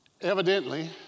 Evidently